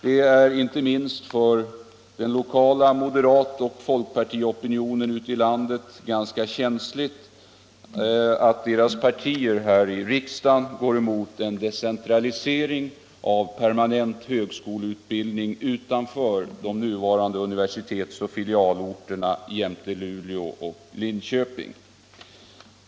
Det är inte minst för de lokala moderat-och folkpartiopinionerna ute i landet ganska känsligt att deras partier här i riksdagen går emot en decentralisering av permanent högskoleutbildning utanför de nuvarande universitetsoch filialorterna jämte Luleå och Linköping.